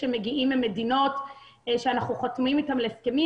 שמגיעים ממדינות אתן אנחנו חתומים על הסכמים,